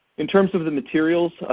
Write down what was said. in terms of the materials,